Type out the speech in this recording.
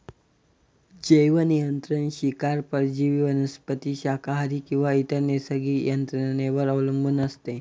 जैवनियंत्रण शिकार परजीवी वनस्पती शाकाहारी किंवा इतर नैसर्गिक यंत्रणेवर अवलंबून असते